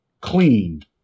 clean